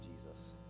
Jesus